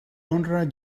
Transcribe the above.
honra